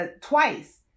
twice